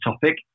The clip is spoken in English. topic